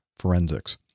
forensics